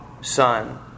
Son